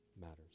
matters